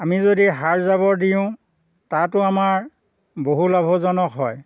আমি যদি সাৰ জাৱৰ দিওঁ তাতো আমাৰ বহু লাভজনক হয়